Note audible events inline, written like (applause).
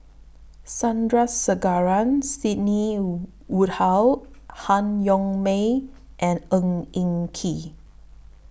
Sandrasegaran Sidney (unintelligible) Woodhull Han Yong May and Ng Eng Kee